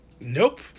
Nope